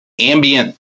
ambient